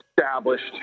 established